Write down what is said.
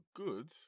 good